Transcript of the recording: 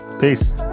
Peace